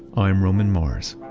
i'm roman mars